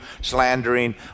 slandering